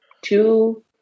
two